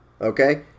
Okay